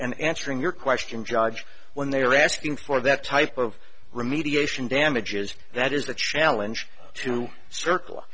and answering your question judge when they are asking for that type of remediation damages that is the challenge to circle